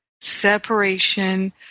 separation